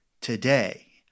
today